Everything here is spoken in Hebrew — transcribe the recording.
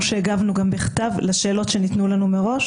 שהגבנו גם בכתב לשאלות שניתנו לנו מראש?